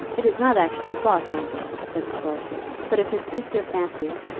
it is not actually bought, my dear, said his lordship but if it suits your fancy,